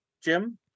Jim